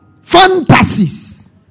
Fantasies